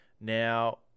Now